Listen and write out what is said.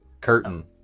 Curtain